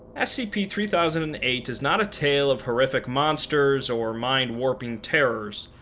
scp three thousand and eight is not a tale of horrific monsters or mind-warping terrors,